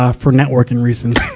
ah for networking reasons,